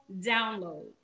download